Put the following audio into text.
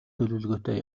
төлөвлөгөөтэй